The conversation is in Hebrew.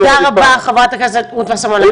תודה רבה, חברת הכנסת רות וסרמן.